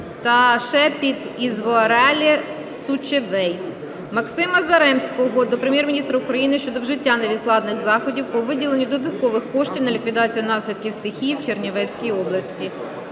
та "Шепіт-Ізвоареле Сучевей". Максима Заремського до Прем'єр-міністра України щодо вжиття невідкладних заходів по виділенню додаткових коштів на ліквідацію наслідків стихії в Чернівецькій області.